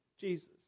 Jesus